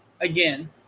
again